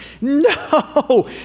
no